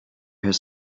his